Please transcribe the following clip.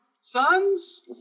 sons